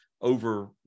over